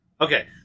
Okay